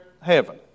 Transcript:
heaven